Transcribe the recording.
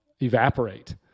evaporate